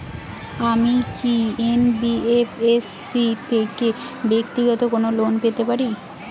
আমি কি এন.বি.এফ.এস.সি থেকে ব্যাক্তিগত কোনো লোন পেতে পারি?